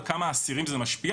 אלא על כמה אסירים זה משפיע,